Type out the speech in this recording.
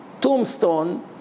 tombstone